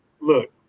Look